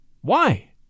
Why